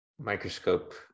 microscope